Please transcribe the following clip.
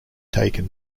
taken